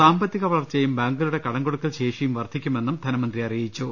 സാമ്പ ത്തിക വളർച്ചയും ബാങ്കുകളുടെ കടംകൊടുക്കൽ ശേഷിയും വർധി ക്കുമെന്ന് ധനമന്ത്രി അറിയിച്ചു